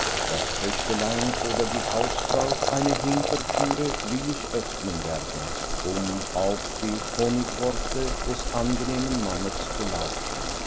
das töchterlein oder die hausfrau eine hintertüre willig öffnen werde um auf die honigworte des angenehmen mannes zu lauschen